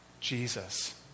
Jesus